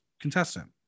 contestant